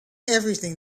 everything